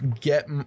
get